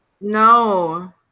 no